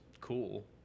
cool